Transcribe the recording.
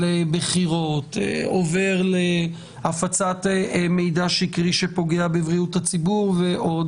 בחירות עובר להפצת מידע שקרי שפוגע בבריאות הציבור ועוד